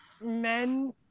men